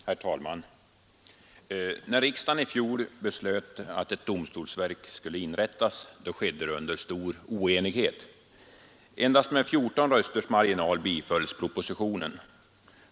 Herr talman! När riksdagen i fjol beslöt att ett domstolsverk skulle inrättas skedde det under stor oenighet. Endast med 14 rösters marginal bifölls propositionen.